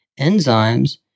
enzymes